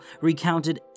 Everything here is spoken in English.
recounted